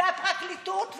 זו הפרקליטות,